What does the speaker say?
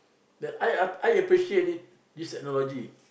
that I I I appreciate it this technology